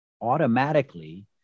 automatically